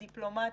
הדיפלומטי,